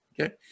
okay